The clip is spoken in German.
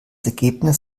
ergebnis